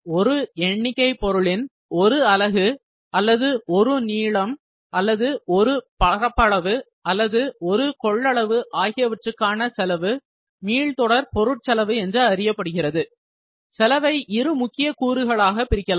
ஒரு எண்ணிக்கை பொருளின் ஒருஅலகு அல்லது ஒரு நீளம் அல்லது ஒரு பரப்பளவு அல்லது ஒரு கொள்ளளவு ஆகியவற்றுக்கான செலவு மீள்தொடர் பொருட்செலவு என்று அறியப்படுகிறது செலவை இரு முக்கிய கூறுகளாக பிரிக்கலாம்